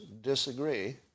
disagree